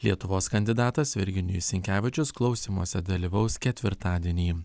lietuvos kandidatas virginijus sinkevičius klausymuose dalyvaus ketvirtadienį